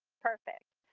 perfect.